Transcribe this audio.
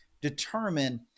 determine